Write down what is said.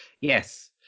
Yes